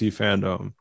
fandom